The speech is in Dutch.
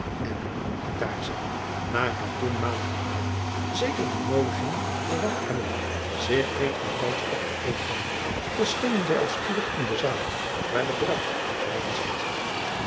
en daar zij naar het toenmalig gebruik zeker die noodiging verwacht hebbende zich reeds bij tijds opgekleed hadden verschenen zij al spoedig in de zaal waar de ruid te prijken zat